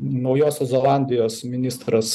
naujosios zelandijos ministras